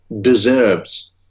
deserves